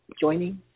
joining